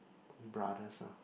brothers ah